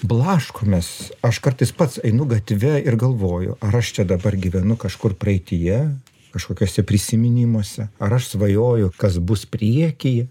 blaškomės aš kartais pats einu gatve ir galvoju ar aš čia dabar gyvenu kažkur praeityje kažkokiuose prisiminimuose ar aš svajoju kas bus prieky